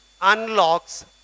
unlocks